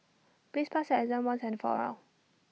please pass your exam once and for all